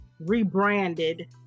rebranded